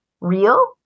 real